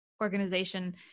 organization